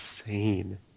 insane